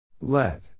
let